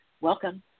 Welcome